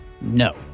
No